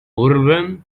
overwhelmed